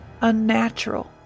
unnatural